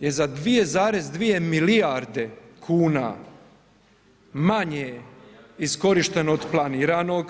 je za 2,2 milijarde kuna manje iskorišteno od planiranog.